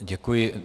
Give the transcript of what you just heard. Děkuji.